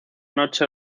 noche